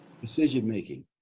decision-making